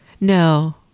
No